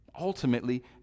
Ultimately